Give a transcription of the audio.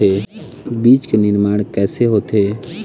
बीज के निर्माण कैसे होथे?